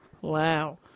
Wow